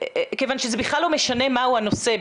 כיוון שזה בכלל לא משנה מה הוא הנושא.